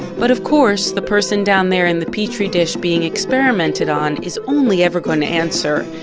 but, of course, the person down there in the petri dish being experimented on is only ever going to answer,